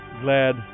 Glad